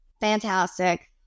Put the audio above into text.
fantastic